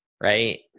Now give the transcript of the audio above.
Right